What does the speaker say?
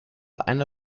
eine